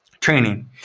training